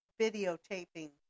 videotaping